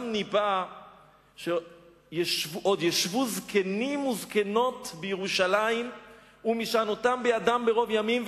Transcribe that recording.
גם ניבא שעוד ישבו זקנים וזקנות בירושלים ומשענותם בידם מרוב ימים,